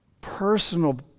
personal